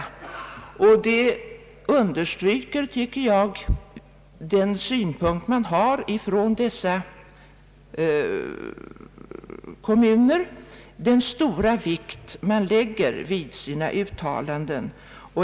Detta förhållande understryker, tycker jag, den stora vikt som dessa kommuner lägger vid denna fråga.